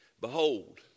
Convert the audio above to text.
Behold